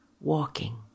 walking